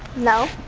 no.